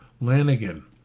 Lanigan